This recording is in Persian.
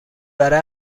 برای